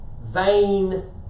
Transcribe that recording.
vain